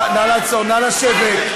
נא לשבת.